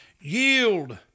yield